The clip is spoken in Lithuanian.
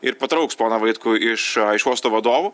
ir patrauks poną vaitkų iš uosto vadovų